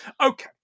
Okay